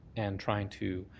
and trying to